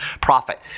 profit